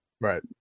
Right